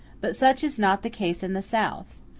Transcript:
but such is not the case in the south.